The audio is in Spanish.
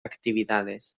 actividades